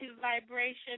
vibration